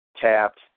tapped